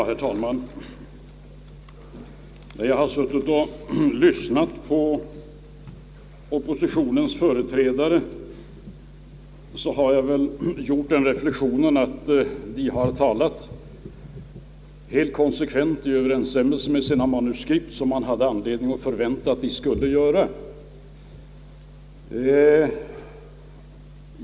Herr talman! När jag har suttit och lyssnat på oppositionens företrädare har jag gjort den reflexionen att de har talat helt konsekvent i överensstämmelse med sina manuskript och tidigare angivna uppfattningar, vilket man hade anledning att förvänta att de skulle göra.